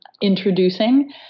introducing